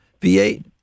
V8